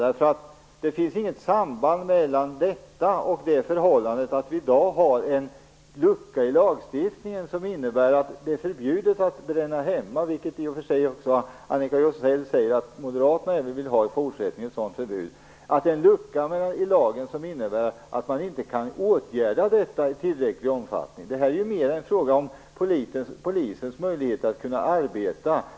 Det finns inget samband mellan det exempel som Annika Jonsell talade om och det förhållandet att vi i dag har en lucka i lagstiftningen som innebär att det är förbjudet att bränna hemma - Annika Jonsell säger i och för sig att också moderaterna vill ha ett sådant förbud även i fortsättningen - men att man inte kan åtgärda denna hembränning i tillräcklig omfattning. Det här är mera en fråga om polisens möjligheter att kunna arbeta.